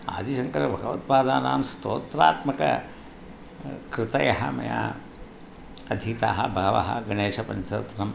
आदिशङ्करभगवत्पादानां स्तोत्रात्मक कृतयः मया अधीताः बहवः गणेशपञ्चरत्नम्